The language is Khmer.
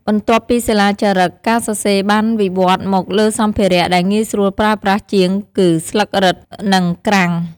បន្ទាប់ពីសិលាចារឹក ការសរសេរបានវិវឌ្ឍន៍មកលើសម្ភារៈដែលងាយស្រួលប្រើប្រាស់ជាង គឺស្លឹករឹត និងក្រាំង។